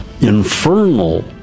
infernal